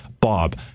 Bob